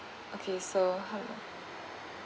okay so hello